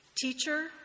Teacher